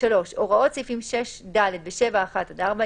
(3)הוראות סעיפים 6(ד) ו־7(1) עד (4),